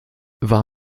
war